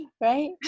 right